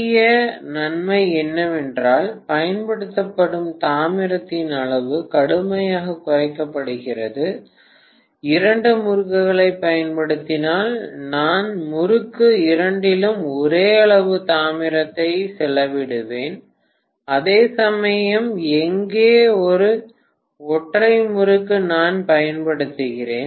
முக்கிய நன்மை என்னவென்றால் பயன்படுத்தப்படும் தாமிரத்தின் அளவு கடுமையாகக் குறைக்கப்படுகிறது இரண்டு முறுக்குகளைப் பயன்படுத்தினால் நான் முறுக்கு இரண்டிலும் ஒரே அளவு தாமிரத்தை செலவிடுவேன் அதேசமயம் இங்கே ஒரு ஒற்றை முறுக்கு நான் பயன்படுத்துகிறேன்